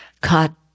caught